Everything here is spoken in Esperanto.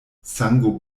sango